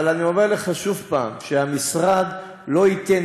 אבל אני אומר לך שוב פעם שהמשרד לא ייתן